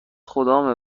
خدامه